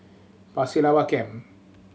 Pasir Laba Camp